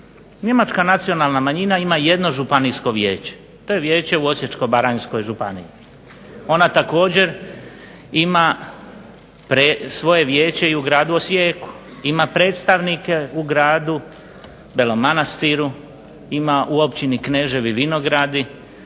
Njemačka nacionalna manjina ima 1 Županijsko vijeće. To je vijeće u Osječko-baranjskoj županiji. Ona također ima svoje vijeće i u gradu Osijeku, ima predstavnike u gradu Belom Manastiru, ima u Općini Kneževi Vinogradi,